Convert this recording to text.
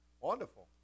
wonderful